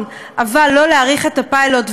אבל לא להאריך את הפיילוט,